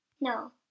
No